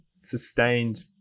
sustained